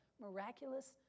miraculous